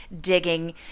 digging